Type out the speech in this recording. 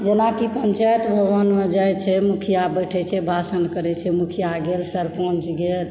जेनाकि पञ्चायत भवनमे जाइ छै मुखिया बैठै छै भाषण करै छै मुखिया गेल सरपन्च गेल